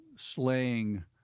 slaying